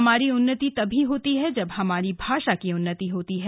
हमारी उन्नति तभी होती है जब हमारी भाषा की उन्नति होती है